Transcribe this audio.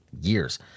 years